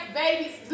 babies